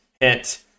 hit